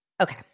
Okay